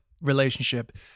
relationship